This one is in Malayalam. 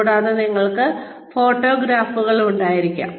കൂടാതെ നിങ്ങൾക്ക് ഫോട്ടോഗ്രാഫുകൾ ഉണ്ടായിരിക്കാം